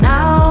Now